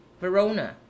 Verona